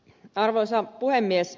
arvoisa puhemies